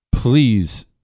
Please